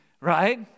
right